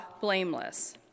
blameless